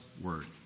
word